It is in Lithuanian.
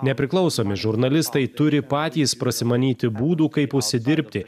nepriklausomi žurnalistai turi patys prasimanyti būdų kaip užsidirbti